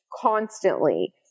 constantly